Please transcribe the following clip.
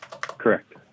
Correct